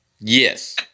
yes